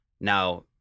Now